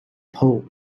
poles